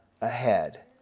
ahead